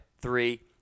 three